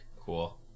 Cool